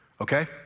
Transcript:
okay